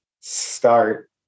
start